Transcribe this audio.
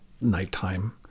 nighttime